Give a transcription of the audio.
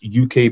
UK